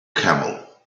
camel